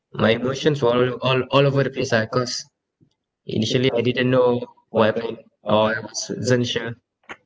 my emotions were all all all over the place ah cause initially I didn't know what happen or I wasn't sure